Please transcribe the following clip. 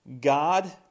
God